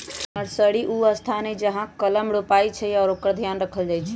nursery उ स्थान हइ जहा कलम रोपइ छइ आ एकर ध्यान रखहइ